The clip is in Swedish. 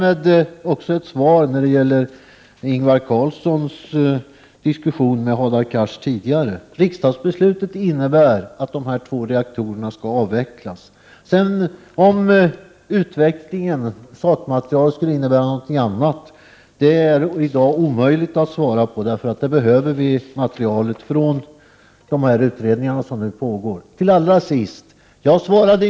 Med detta har jag också gett ett svar med tanke på Ingvar Carlssons tidigare diskussion med Hadar Cars. Riksdagens beslut innebär alltså att två reaktorer skall avvecklas. Om utvecklingen, sakmaterialet, kommer att visa på någonting annat är i dag omöjligt att förutspå. Först måste vi få ett material från de utredningar som nu arbetar. Allra sist vill jag säga följande.